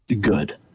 good